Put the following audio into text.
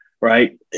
right